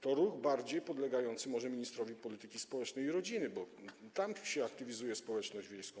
To ruch bardziej podlegający może ministrowi polityki społecznej i rodziny, bo tam się aktywizuje społeczność wiejską.